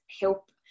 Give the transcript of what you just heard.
help